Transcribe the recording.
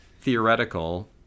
theoretical